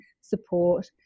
support